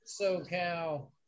SoCal